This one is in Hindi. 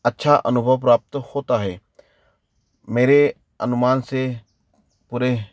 अच्छा अनुभव प्राप्त होता है मेरे अनुमान से पूरे